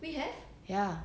ya